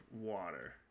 water